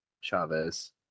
Chavez